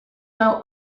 now